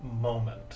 moment